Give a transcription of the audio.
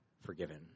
forgiven